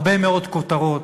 הרבה מאוד כותרות,